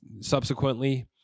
subsequently